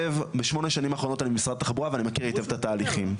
בשמונה שנים האחרונות אני במשרד התחבורה ואני מכיר היטב את התהליכים.